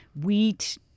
wheat